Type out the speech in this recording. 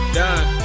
done